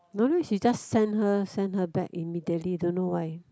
no she just send her send her back immediately don't know why